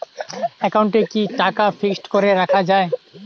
একাউন্টে কি টাকা ফিক্সড করে রাখা যায়?